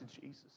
Jesus